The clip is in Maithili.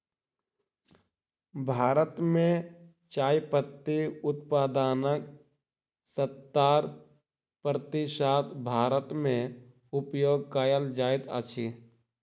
भारत मे चाय पत्ती उत्पादनक सत्तर प्रतिशत भारत मे उपयोग कयल जाइत अछि